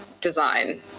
design